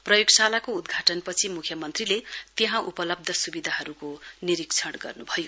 प्रयोगशालाको उद्घाटन पछि मुख्यमन्त्रीले त्यहाँ उपलब्ध सुविधाहरूको निरीक्षण गर्नु भयो